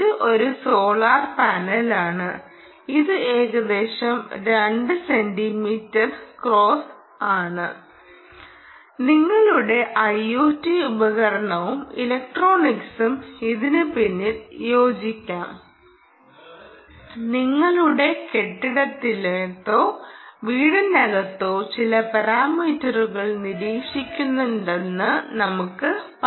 ഇത് ഒരു സോളാർ പാനലാണ് ഇത് ഏകദേശം 2 സെന്റീമീറ്റർ ക്രോസ് ആണ് നിങ്ങളുടെ Iot ഉപകരണവും ഇലക്ട്രോണിക്സും ഇതിന് പിന്നിൽ യോജിച്ചേക്കാം നിങ്ങളുടെ കെട്ടിടത്തിനകത്തോ വീടിനകത്തോ ചില പാരാമീറ്ററുകൾ നിരീക്ഷിക്കുന്നുണ്ടെന്ന് നമുക്ക് പറയാം